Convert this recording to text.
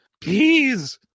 Please